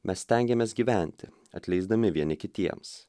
mes stengiamės gyventi atleisdami vieni kitiems